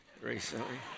recently